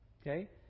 okay